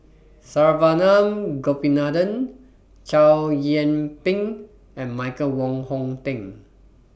Saravanan Gopinathan Chow Yian Ping and Michael Wong Hong Teng